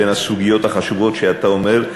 בין הסוגיות החשובות שאתה אומר,